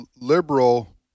liberal